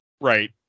Right